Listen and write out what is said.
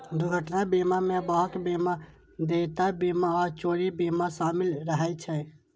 दुर्घटना बीमा मे वाहन बीमा, देयता बीमा आ चोरी बीमा शामिल रहै छै